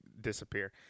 disappear